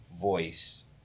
voice